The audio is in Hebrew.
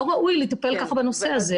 לא ראוי לטפל ככה בנושא הזה.